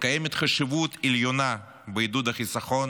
קיימת חשיבות עליונה בעידוד החיסכון